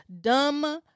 Dumb